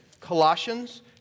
Colossians